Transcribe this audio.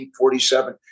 1947